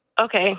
okay